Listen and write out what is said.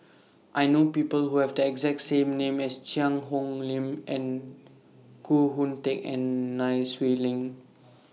I know People Who Have The exacting name as Cheang Hong Lim and Koh Hoon Teck and Nai Swee Leng